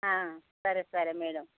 సరే సరే మేడమ్